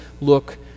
look